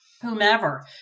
whomever